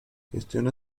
gestiona